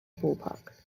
ballpark